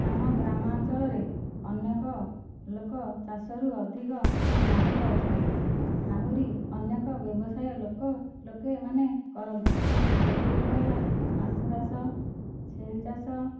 ଆମ ଗ୍ରାମାଞ୍ଚଳରେ ଅନେକ ଲୋକ ଚାଷରୁ ଅଧିକ ଲାଭ ପାଇଛନ୍ତି ଆହୁରି ଅନେକ ବ୍ୟବସାୟ ଲୋକ ଲୋକେମାନେ କରନ୍ତି ସେଗୁଡ଼ିକ ହେଲା ମାଛଚାଷ ଛେଳିଚାଷ